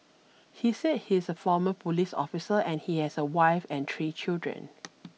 he said he's a former police officer and he has a wife and three children